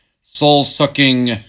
soul-sucking